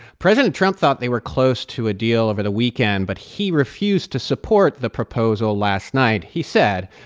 president trump thought they were close to a deal over the weekend, but he refused to support the proposal last night, he said,